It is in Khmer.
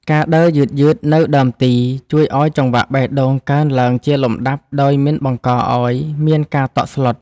ការដើរយឺតៗនៅដើមទី ជួយឱ្យចង្វាក់បេះដូងកើនឡើងជាលំដាប់ដោយមិនបង្កឱ្យមានការតក់ស្លុត។